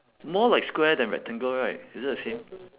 more like square than rectangle right is it the same